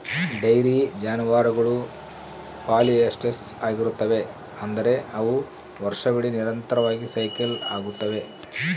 dairy ಜಾನುವಾರುಗಳು polyestrous ಆಗಿರುತ್ತವೆ, ಅಂದರೆ ಅವು ವರ್ಷವಿಡೀ ನಿರಂತರವಾಗಿ ಸೈಕಲ್ ಆಗುತ್ತವೆ